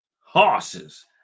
horses